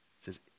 says